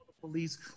Police